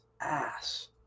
ass